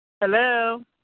Hello